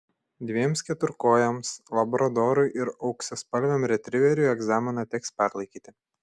dviems keturkojams labradorui ir auksaspalviam retriveriui egzaminą teks perlaikyti